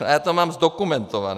Já to mám zdokumentované.